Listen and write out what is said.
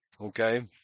okay